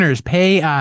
pay